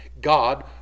God